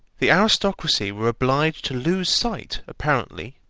the aristocracy were obliged to lose sight, apparently,